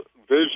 vision